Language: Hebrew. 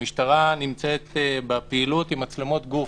נמצאת בפעילות עם מצלמות גוף.